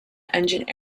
engined